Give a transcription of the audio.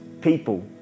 people